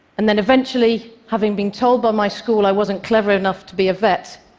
and then eventually, having been told by my school i wasn't clever enough to be a vet,